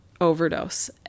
overdose